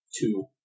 two